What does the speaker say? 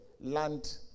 land